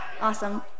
Awesome